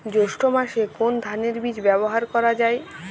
জৈষ্ঠ্য মাসে কোন ধানের বীজ ব্যবহার করা যায়?